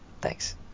Thanks